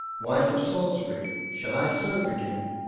wife of salisbury shall i so begin?